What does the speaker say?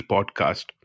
Podcast